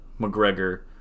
McGregor